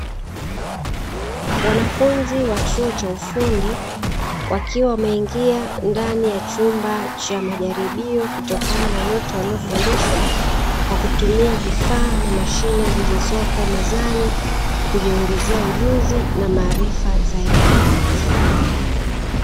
Wanafunzi wa chuo cha ufundi wakiwa wameingia ndani ya chumba cha majaribio, kutokana na yote waliofundishwa kwa kutumia vifaa na mashine zilizopo mezani kujiongezea ujuzi na maarifa zaidi.